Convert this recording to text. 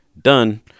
done